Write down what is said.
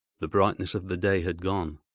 the brightness of the day had gone.